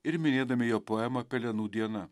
ir minėdami jo poemą pelenų diena